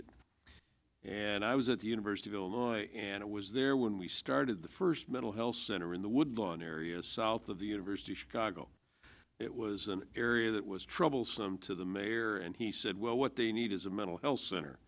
it and i was at the university of illinois and it was there when we started the first mental health center in the woodlawn area south of the university of chicago it was an area that was troublesome to the mayor and he said well what they need is a mental health cent